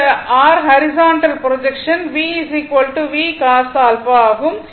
இந்த r horizontal projection V V Cos α ஆகும்